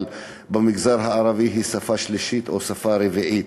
אבל במגזר הערבי היא שפה שלישית או שפה רביעית,